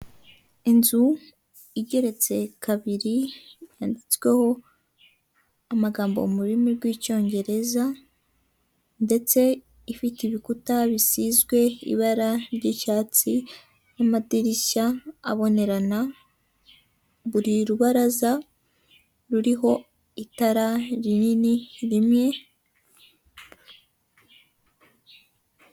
Inzu igeretse kabiri yanditsweho amagambo mu rurimi rw'icyongereza ndetse ifite ibikuta bisizwe ibara ry'icyatsi n'amadirishya abonerana buri rubaraza ruriho itara rinini rimwe.